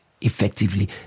effectively